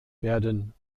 werden